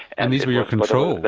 and these were your controls.